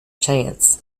chance